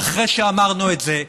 ואחרי שאמרנו את זה,